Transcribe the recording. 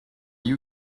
you